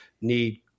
need